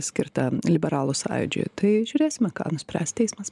skirta liberalų sąjūdžiui tai žiūrėsime ką nuspręs teismas